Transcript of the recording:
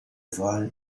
vol